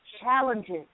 challenges